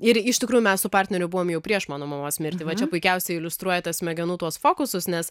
ir iš tikrųjų mes su partneriu buvom jau prieš mano mamos mirtį va čia puikiausiai iliustruoja tą smegenų tuos fokusus nes